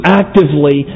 actively